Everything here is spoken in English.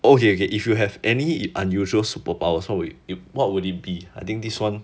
okay okay if you have any unusual superpower so wh~ what would it be I think this one